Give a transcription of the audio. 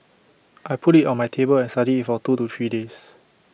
I put IT on my table and studied IT for two to three days